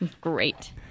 Great